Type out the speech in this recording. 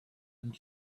and